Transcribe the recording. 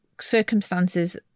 circumstances